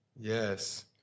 Yes